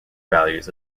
values